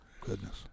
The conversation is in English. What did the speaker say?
goodness